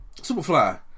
Superfly